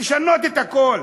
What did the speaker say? לשנות את הכול.